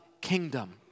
kingdom